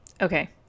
Okay